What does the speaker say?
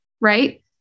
right